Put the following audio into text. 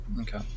Okay